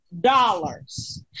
dollars